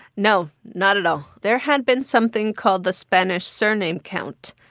no, not at all. there had been something called the spanish surname count.